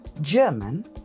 German